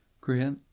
Great